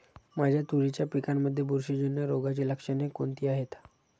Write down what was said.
माझ्या तुरीच्या पिकामध्ये बुरशीजन्य रोगाची लक्षणे कोणती आहेत?